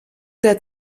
der